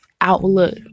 outlook